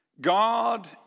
God